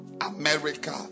America